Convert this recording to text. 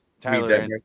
Tyler